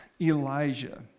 Elijah